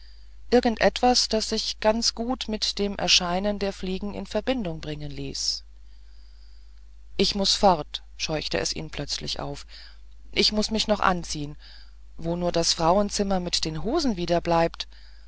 irgend etwas was sich ganz gut mit dem erscheinen der fliegen in verbindung bringen ließ ich muß fort scheuchte es ihn plötzlich auf ich muß mich doch anziehen wo nur das frauenzimmer mit den hosen wieder bleibt